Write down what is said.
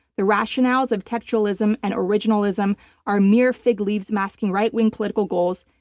the rationales of textualism and originalism are mere fig leaves masking right-wing political goals,